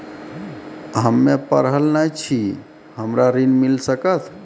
हम्मे पढ़ल न छी हमरा ऋण मिल सकत?